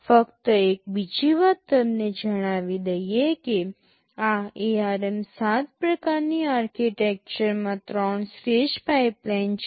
ફક્ત એક બીજી વાત તમને જણાવી દઇએ કે આ ARM7 પ્રકારની આર્કિટેક્ચરમાં 3 સ્ટેજ પાઇપલાઇન છે